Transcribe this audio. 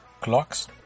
Clocks